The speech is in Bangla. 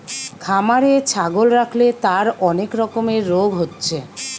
খামারে ছাগল রাখলে তার অনেক রকমের রোগ হচ্ছে